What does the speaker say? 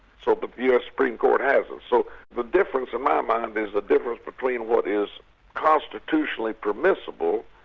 so the us supreme court hasn't. so the difference in my mind is the difference between what is constitutionally permissible,